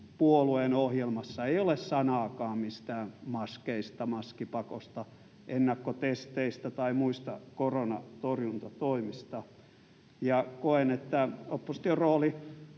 puolueen ohjelmassa ei ole sanaakaan mistään maskeista, maskipakosta, ennakkotesteistä tai muista koronatorjuntatoimista, ja koen, että opposition rooli